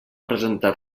presentar